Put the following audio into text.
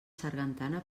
sargantana